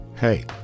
Hey